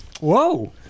whoa